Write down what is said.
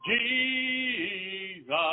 Jesus